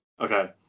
Okay